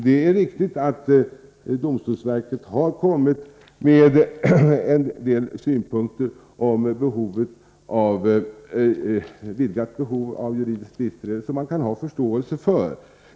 Det är riktigt att domstolsverket har anfört en del synpunkter på frågan om utvidgade möjligheter till juridiskt biträde som man kan ha förståelse för.